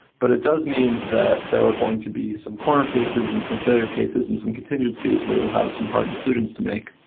but it does mean that there are going to be some corner cases and some failure cases and some contingencies. we will have some hard decisions to make.